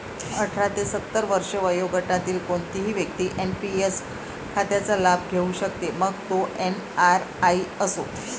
अठरा ते सत्तर वर्षे वयोगटातील कोणतीही व्यक्ती एन.पी.एस खात्याचा लाभ घेऊ शकते, मग तो एन.आर.आई असो